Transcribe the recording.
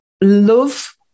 Love